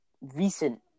recent